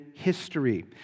history